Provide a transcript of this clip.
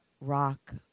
rock